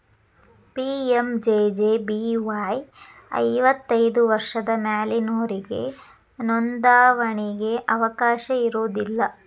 PMJJBY ಐವತ್ತೈದು ವರ್ಷದ ಮ್ಯಾಲಿನೊರಿಗೆ ನೋಂದಾವಣಿಗಿ ಅವಕಾಶ ಇರೋದಿಲ್ಲ